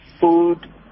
Food